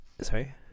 sorry